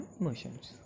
emotions